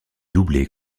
doublé